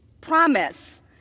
promise